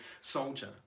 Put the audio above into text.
soldier